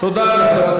תודה.